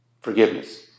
Forgiveness